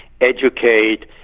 educate